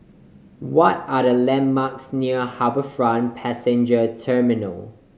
what are the landmarks near HarbourFront Passenger Terminal